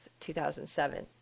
2007